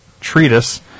treatise